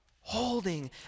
Holding